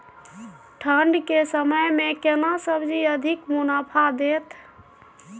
ठंढ के समय मे केना सब्जी अधिक मुनाफा दैत?